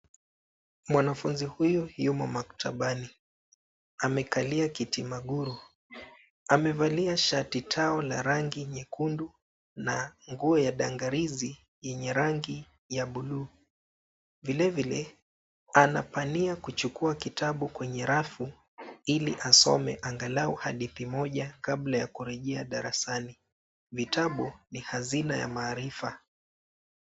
Mwanafunzi huyu yumo maktabani. Amekalia kiti maguru. Amevalia shati tao la rangi nyekundu na nguo ya dangarizi yenye rangi ya buluu. Vilevile anapania kuchukua kitabu kwenye rafu ili asome angalau hadithi moja kabla ya kurejea darasani. Vitabu ni hazina ya maarifa.